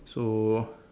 so